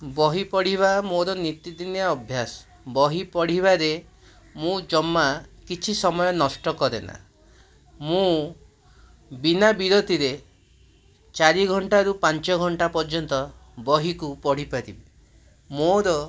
ବହି ପଢ଼ିବା ମୋର ନିତିଦିନିଆ ଅଭ୍ୟାସ ବହି ପଢ଼ିବାରେ ମୁଁ ଜମା କିଛି ସମୟ ନଷ୍ଟ କରେନା ମୁଁ ବିନା ବିରତିରେ ଚାରିଘଣ୍ଟାରୁ ପାଞ୍ଚଘଣ୍ଟା ପର୍ଯ୍ୟନ୍ତ ବହିକୁ ପଢ଼ିପାରିବି ମୋର